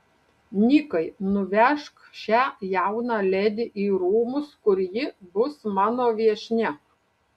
nikai nuvežk šią jauną ledi į rūmus kur ji bus mano viešnia